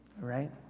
right